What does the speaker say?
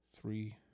three